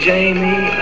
Jamie